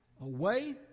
away